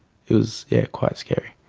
it was yeah quite scary.